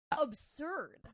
Absurd